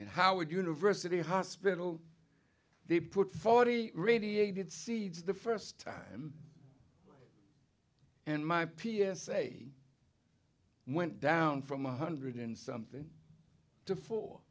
in howard university hospital they put forty radiated seeds the first time and my p s a went down from one hundred and something to fo